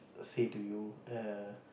say to you err